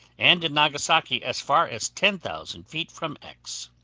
and in nagasaki as far as ten thousand feet from x.